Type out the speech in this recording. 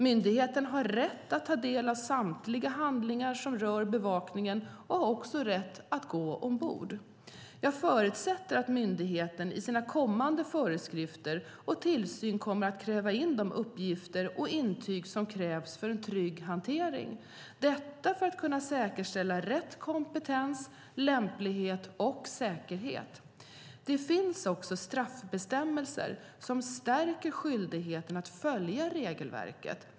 Myndigheten har rätt att ta del av samtliga handlingar som rör bevakningen och har också rätt att gå ombord. Jag förutsätter att myndigheten i sina kommande föreskrifter och i sin tillsyn kommer att kräva in de uppgifter och intyg som krävs för en trygg hantering, detta för att kunna säkerställa rätt kompetens, lämplighet och säkerhet. Det finns också straffbestämmelser som stärker skyldigheten att följa regelverket.